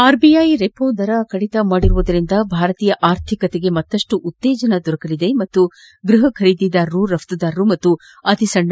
RBI repo ದರ ಕಡಿತ ಮಾಡಿರುವುದರಿಂದ ಭಾರತೀಯ ಅರ್ಥಿಕತೆಗೆ ಮತ್ತಷ್ಟು ಉತ್ತೇಜನ ದೊರಕಲಿದೆ ಮತ್ತು ಗೃಪ ಬರೀದಿದಾರರು ರಘ್ತುದಾರರು ಮತ್ತು ಅತಿ ಸಣ್ಣ